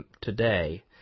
today